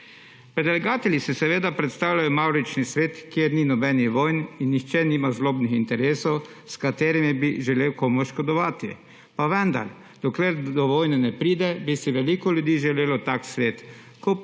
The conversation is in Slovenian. Predlagatelji si seveda predstavljajo mavrični svet, kjer ni nobenih vojn in nihče nima zlobnih interesov, s katerimi bi želel komu škodovati. Pa vendar, dokler do vojne ne pride, bi si veliko ljudi želelo tak svet, ko bi do